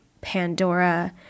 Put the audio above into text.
Pandora